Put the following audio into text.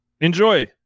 enjoy